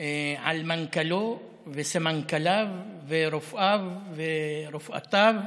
על מנכ"לו, סמנכ"ליו, רופאיו, רופאותיו,